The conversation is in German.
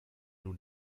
nun